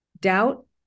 Doubt